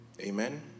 Amen